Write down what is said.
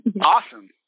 awesome